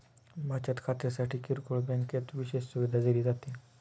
बचत खात्यासाठी किरकोळ बँकेत विशेष सुविधा दिली जाते